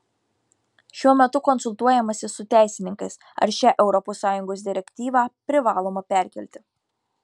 šiuo metu konsultuojamasi su teisininkais ar šią europos sąjungos direktyvą privaloma perkelti